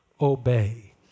obey